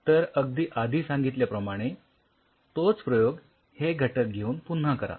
तर अगदी आधी सांगिल्याप्रमाणे तोच प्रयोग हे घटक घेऊन पुन्हा करा